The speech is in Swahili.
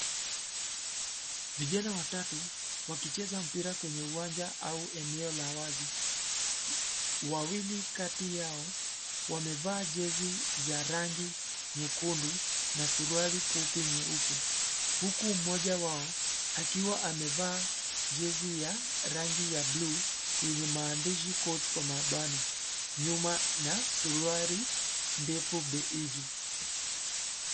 Vijana watatu, wakicheza mpira kwenye uwanja au eneo la wazi, wawili kati yao, wamevaa jezi za rangi, nyekundu, na suruali fupi nyeupe, huku mmoja wao, akiwa amevaa, jezi ya, rangi ya bluu, yenye maandishi coach kwa mabano, nyuma, na, suruali, ndefu beigi.